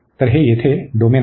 तर हे येथे डोमेन आहे